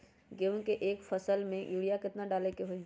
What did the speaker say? गेंहू के एक फसल में यूरिया केतना डाले के होई?